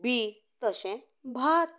बीं तशें भात